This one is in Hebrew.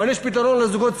אבל יש פתרון לזוגות צעירים,